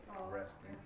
Rescue